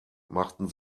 machten